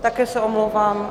Také se omlouvám.